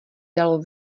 dalo